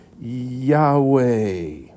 Yahweh